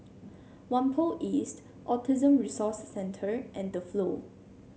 Whampoa East Autism Resource Centre and The Flow